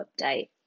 update